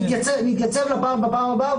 נתייצב לפעם הבאה,